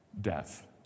Death